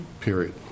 Period